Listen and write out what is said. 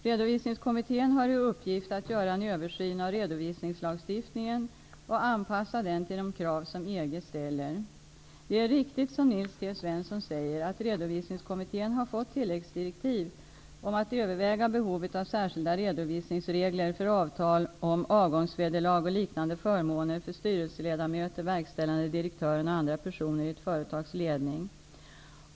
Redovisningskommittén har i uppgift att göra en översyn av redovisningslagstiftningen och anpassa den till de krav som EG ställer. Det är riktigt som Nils T Svensson säger att Redovisningskommittén har fått tilläggsdirektiv om att överväga behovet av särskilda redovisningsregler för avtal om avgångsvederlag och liknande förmåner för styrelseledamöter, verkställande direktörer och andra personer i ett företags ledning.